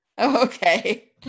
okay